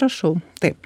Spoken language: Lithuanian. prašau taip